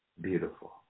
Beautiful